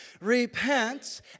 Repent